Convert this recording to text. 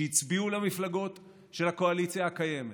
שהצביעו למפלגות של הקואליציה הקיימת,